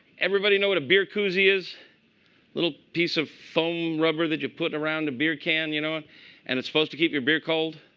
everybody know what a beer koozie is? a little piece of foam rubber that you put around a beer can, you know and it's supposed to keep your beer cold?